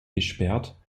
gesperrt